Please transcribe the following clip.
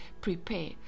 prepare